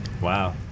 Wow